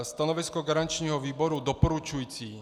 Stanovisko garančního výboru doporučující.